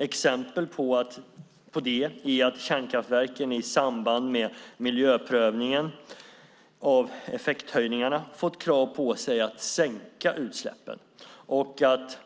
Exempel på det är att kärnkraftverken i samband med miljöprövningarna av effekthöjningarna fått krav på sig att sänka utsläppen och att